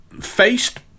faced